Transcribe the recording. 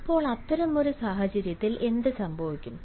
ഇപ്പോൾ അത്തരമൊരു സാഹചര്യത്തിൽ എന്ത് സംഭവിക്കും